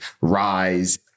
rise